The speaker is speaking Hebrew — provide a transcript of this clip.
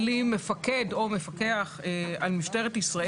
ולא ייתכן שהוא ינהל משא ומתן מחוץ לחדר.